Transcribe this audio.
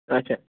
اَچھا